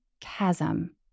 Chasm